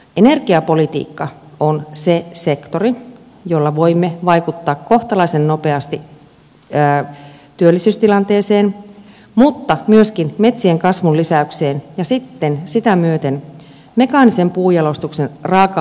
energiapolitiikka on se sektori jolla voimme vaikuttaa kohtalaisen nopeasti työllisyystilanteeseen mutta myöskin metsien kasvun lisäykseen ja sitten sitä myöten mekaanisen puunjalostuksen raaka aineiden parantumiseen